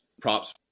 props